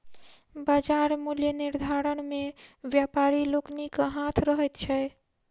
बाजार मूल्य निर्धारण मे व्यापारी लोकनिक हाथ रहैत छै